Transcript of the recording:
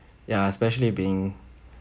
ya especially being